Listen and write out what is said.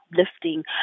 uplifting